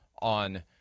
on